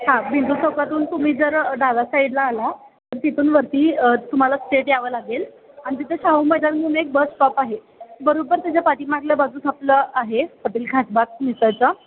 हां बिंदू चौकातून तुम्ही जर डावा साईडला आला तर तिथून वरती तुम्हाला स्टेट यावं लागल आणि तिथे शाहू मैदान म्हणून एक बस स्टॉप आहे बरोबर त्याच्या पाठीमागल्या बाजूस आपलं आहे खासबाग मिसळपाव